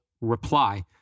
reply